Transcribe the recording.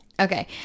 Okay